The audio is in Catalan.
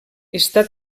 està